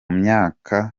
myaka